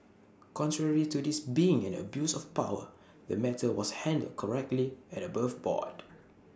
contrary to this being an abuse of power the matter was handled correctly and above board